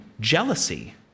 jealousy